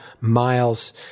miles